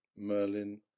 Merlin